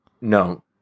no